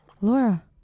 Laura